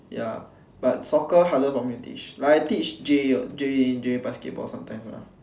ya but soccer harder for me to teach like I teach J in J basketball sometimes ah